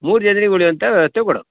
ಮೂರು ಜನ್ರಿಗೆ ಉಳ್ಯೋವಂಥ ವ್ಯವಸ್ಥೆ ಕೊಡವು